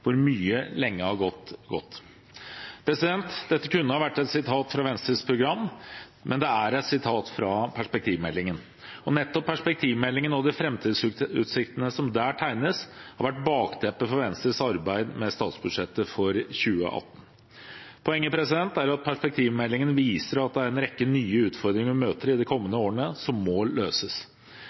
hvor mye lenge har gått godt.» Dette kunne ha vært et sitat fra Venstres program, men det er et sitat fra perspektivmeldingen. Nettopp perspektivmeldingen og de framtidsutsiktene som der tegnes, har vært bakteppet for Venstres arbeid med statsbudsjettet for 2018. Poenget er at perspektivmeldingen viser at det er en rekke nye utfordringer vi møter i de kommende årene, som må løses.